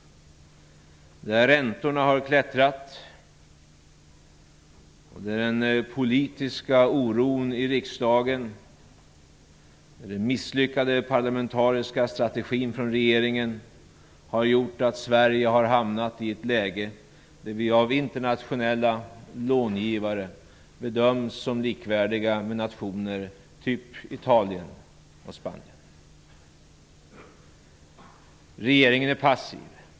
Räntorna har klättrat. Den politiska oron i riksdagen och den misslyckade parlamentariska strategin från regeringen har gjort att vi har hamnat i ett läge där Sverige av internationella långivare bedöms som likvärdigt med nationer typ Italien och Regeringen är passiv.